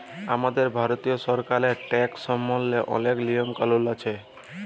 আমাদের ভারতীয় সরকারেল্লে ট্যাকস সম্বল্ধে অলেক লিয়ম কালুল আছে